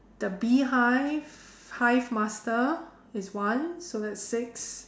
the beehive hive master is one so that's six